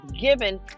given